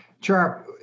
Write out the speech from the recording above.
Chair